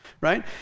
right